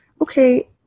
okay